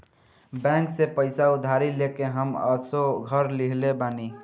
bank से पईसा उधारी लेके हम असो घर लीहले बानी